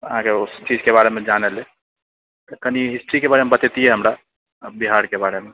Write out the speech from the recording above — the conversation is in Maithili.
आरो ओ चीजके बारेमे जानए लेल कनी हिस्ट्रीके बारेमे बतैतिऐ हमरा बिहारके बारेमे